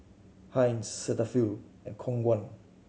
Heinz Cetaphil and Khong Guan